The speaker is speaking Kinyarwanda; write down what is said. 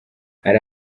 hari